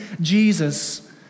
Jesus